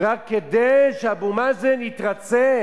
ואתה חובט בו בצורה כזאת שרק נשאר,